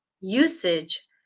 usage